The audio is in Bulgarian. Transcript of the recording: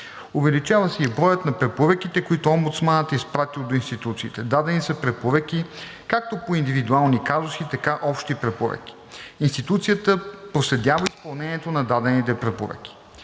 Увеличава се и броят на препоръките, които омбудсманът е изпратил до институциите. Дадени са препоръки както по индивидуални казуси, така и общи препоръки. Институцията проследява изпълнението на дадените препоръки.